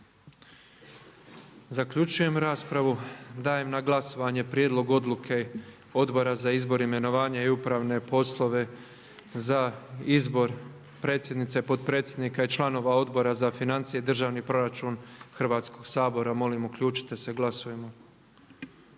Zaključujem raspravu. Dajem na glasovanje Prijedlog odluke Odbora za izbor, imenovanja i upravne poslove za izbor predsjednice, potpredsjednika i članova Odbora za financije i državni proračun Hrvatskoga sabora. Molim uključite se. Glasujmo.